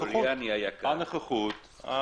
הנוכחות.